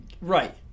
Right